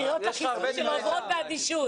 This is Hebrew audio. הקריאות לחיסול שלו עוברות באדישות.